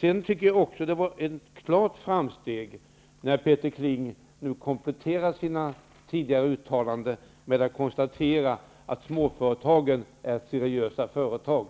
Jag tycker att det var ett klart framsteg när Peter Kling nu kompletterade sina tidigare uttalanden med att konstatera att småföretagen är seriösa företag.